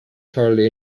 charlie